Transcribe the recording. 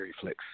flicks